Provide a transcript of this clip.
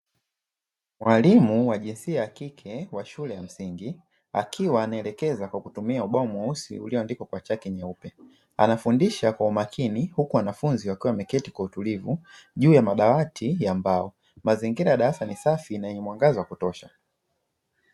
Mwalimu wa jinsia ya kike wa shule ya msingi, akiwa anaelekeza kwa kutumia uboa mweusi ulioandikwa kwa chaki nyeupe. Anafundisha kwa umakini, huku wanafunzi wakiwa wameketi kwa utulivu juu ya madawati ya mbao. Mazingira ya darasa ni safi na yenye mwangaza wa kutosha.